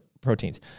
proteins